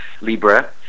Libra